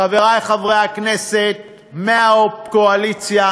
חברי חברי הכנסת מהקואליציה